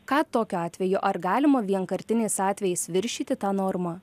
ką tokiu atveju ar galima vienkartiniais atvejais viršyti tą normą